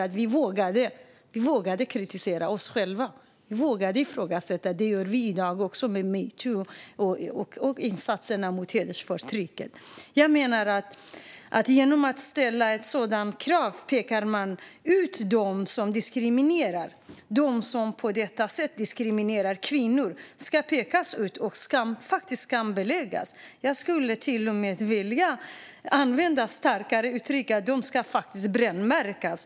Jo, det är därför att vi har vågat kritisera oss själva och ifrågasätta. Det gör vi i dag också med metoo och insatserna mot hedersförtryck. Genom att ställa sådana krav pekar man ut dem som på detta sätt diskriminerar kvinnor. De ska pekas ut och faktiskt skambeläggas. Jag skulle till och med vilja använda ett starkare uttryck, nämligen att de faktiskt ska brännmärkas.